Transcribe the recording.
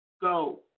Go